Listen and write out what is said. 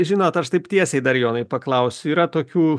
žinot aš taip tiesiai dar jonai paklausiu yra tokių